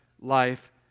life